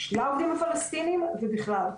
גם לעובדים הפלסטינים ובכלל.